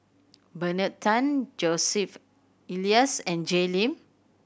Bernard Tan Joseph Elias and Jay Lim